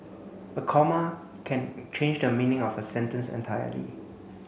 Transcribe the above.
a comma can change the meaning of a sentence entirely